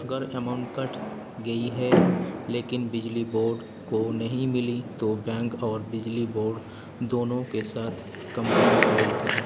اگر اماؤنٹ کٹ گئی ہے لیکن بجلی بورڈ کو نہیں ملی تو بینک اور بجلی بورڈ دونوں کے ساتھ کمپلین فائل کریں